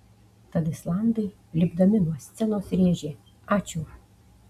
tad islandai lipdami nuo scenos rėžė ačiū